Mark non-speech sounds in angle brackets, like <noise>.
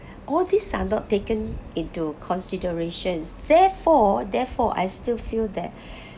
<breath> all these are not taken into considerations therefore therefore I still feel that <breath>